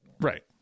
Right